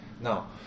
Now